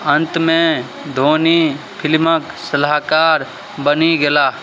अन्तमे धोनी फिल्मक सलाहकार बनी गेलाह